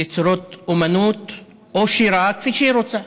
יצירות אומנות או שירה כפי שהיא רוצה.